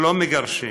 לא מגרשים.